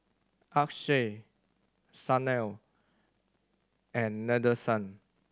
Akshay Sanal and Nadesan